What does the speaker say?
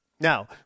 Now